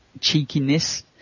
cheekiness